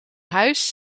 huis